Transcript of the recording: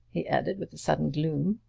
he added, with a sudden gloom,